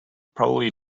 probably